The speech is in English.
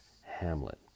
Hamlet